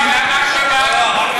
למה השב"כ,